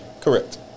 Correct